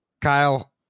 Kyle